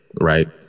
Right